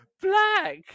black